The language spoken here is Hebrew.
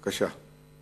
בבקשה.